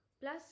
Plus